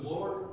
Lord